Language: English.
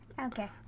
Okay